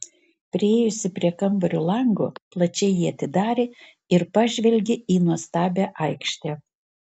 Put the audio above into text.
priėjusi prie kambario lango plačiai jį atidarė ir pažvelgė į nuostabią aikštę